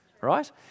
right